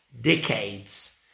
decades